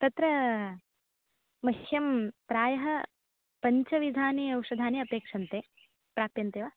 तत्र मह्यं प्रायः पञ्चविधानि औषधानि अपेक्षन्ते प्राप्यन्ते वा